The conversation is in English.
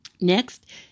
Next